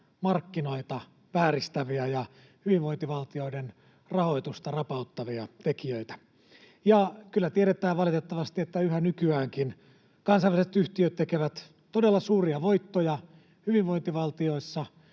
markkinoita vääristäviä ja hyvinvointivaltioiden rahoitusta rapauttavia tekijöitä. Kyllä tiedetään valitettavasti, että yhä nykyäänkin kansainväliset yhtiöt tekevät todella suuria voittoja hyvinvointivaltioissa,